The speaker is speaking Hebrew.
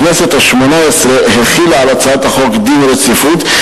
הכנסת השמונה-עשרה החילה על הצעת החוק דין רציפות,